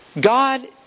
God